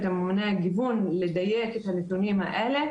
של ממוני הגיוון לדייק את הנתונים האלה,